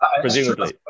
presumably